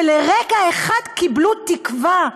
שלרגע אחד קיבלו תקווה: